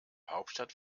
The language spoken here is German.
hauptstadt